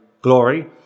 glory